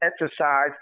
exercise